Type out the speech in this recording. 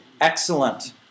Excellent